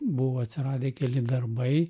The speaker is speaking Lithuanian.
buvo atsiradę keli darbai